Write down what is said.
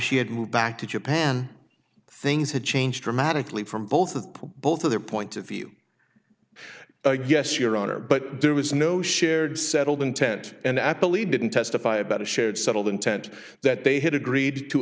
she had moved back to japan things had changed dramatically from both both of their point of view yes your honor but there was no shared settled intent and i believe didn't testify about a shared settled intent that they had agreed to